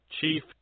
Chief